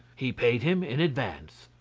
he paid him in advance.